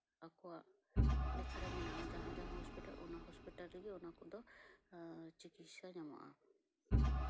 ᱟᱠᱚᱣᱟᱜ ᱞᱮᱠᱷᱟ ᱨᱮ ᱢᱮᱱᱟᱜᱼᱟ ᱡᱟᱦᱟᱸᱼᱡᱟᱦᱟᱸ ᱦᱚᱥᱯᱤᱴᱟᱞ ᱚᱱᱟ ᱦᱚᱥᱯᱤᱴᱟᱞ ᱨᱮᱜᱮ ᱪᱤᱠᱠᱤᱛᱥᱟ ᱧᱟᱢᱚᱜᱼᱟ